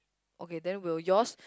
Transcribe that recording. okay then will yours